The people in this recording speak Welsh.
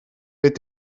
bydd